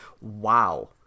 wow